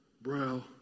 brow